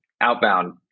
outbound